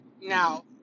Now